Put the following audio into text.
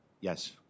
Yes